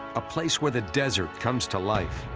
a place where the desert comes to life.